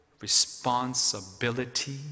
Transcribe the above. responsibility